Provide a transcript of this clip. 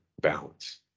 balance